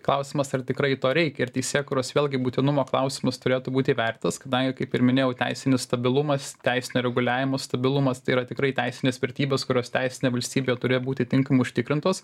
klausimas ar tikrai to reikia ir teisėkūros vėlgi būtinumo klausimas turėtų būti įvertitas kadangi kaip ir minėjau teisinis stabilumas teisinio reguliavimo stabilumas tai yra tikrai teisinės vertybės kurios teisinėje valstybėje turi būti tinkamai užtikrintos